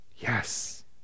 Yes